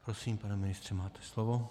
Prosím, pane ministře, máte slovo.